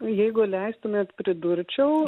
jeigu leistumėt pridurčiau